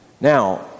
Now